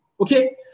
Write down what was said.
Okay